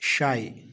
شاے